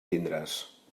tindràs